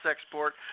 export